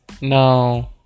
no